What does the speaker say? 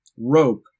rope